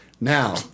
Now